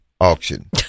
auction